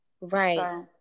Right